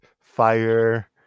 fire